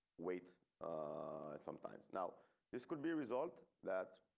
wait sometimes now this could be resolved that.